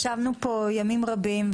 ישבנו פה ימים רבים,